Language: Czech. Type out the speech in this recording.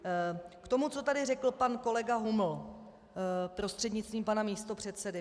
K tomu, co tady řekl pan kolega Huml prostřednictvím pana místopředsedy.